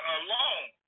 alone